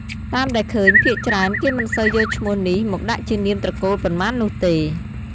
តាមដែលឃើញភាគច្រើនគេមិនសូវយកឈ្មោះនេះមកដាក់ជានាមត្រកូលប៉ុន្មាននោះទេ។